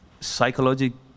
psychological